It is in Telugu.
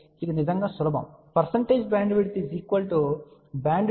ఇది నిజంగా సులభం పర్సంటేజ్ బ్యాండ్విడ్త్ బ్యాండ్విడ్త్f0 100